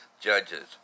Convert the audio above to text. Judges